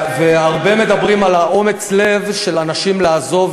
מדברים הרבה על אומץ הלב של אנשים לעזוב